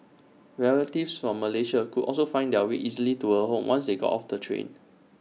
relatives from Malaysia could also find their way easily to her home once they got off the train